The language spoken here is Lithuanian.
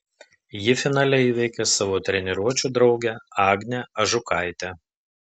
ji finale įveikė savo treniruočių draugę agnę ažukaitę